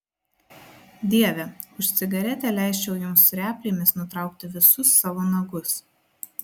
dieve už cigaretę leisčiau jums replėmis nutraukti visus savo nagus